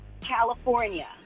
California